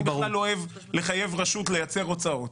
אני בכלל לא אוהב לחייב רשות לייצר הוצאות.